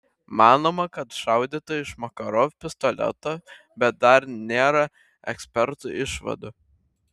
manoma kad šaudyta iš makarov pistoleto bet dar nėra ekspertų išvadų